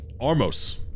Armos